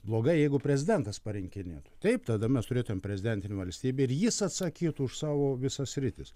blogai jeigu prezidentas parinkinėtų taip tada mes turėtumėm prezidentinę valstybę ir jis atsakytų už savo visas sritis